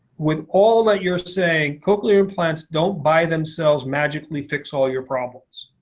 with all that you're saying, cochlear implants don't by themselves magically fix all your problems.